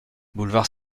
boulevard